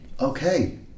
Okay